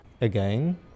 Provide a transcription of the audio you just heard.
again